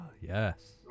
Yes